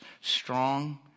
strong